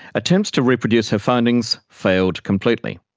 attempts to reproduce her findings failed completely.